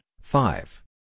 five